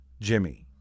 Jimmy